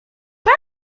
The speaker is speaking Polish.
pan